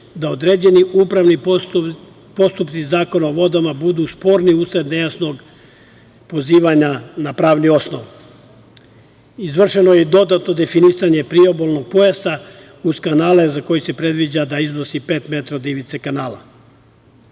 da određeni upravni postupci iz Zakona o vodama budu sporni usled nejasnog pozivanja na pravni osnov. Izvršeno je i dodatno definisanje priobalnog pojasa uz kanale za koje se predviđa da iznose pet metara od ivice kanala. Ono